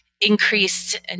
increased